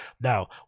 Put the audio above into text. now